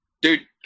Dude